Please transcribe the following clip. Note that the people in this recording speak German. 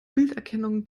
bilderkennung